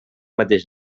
mateix